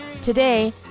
Today